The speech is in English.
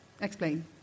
Explain